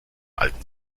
alten